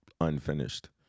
unfinished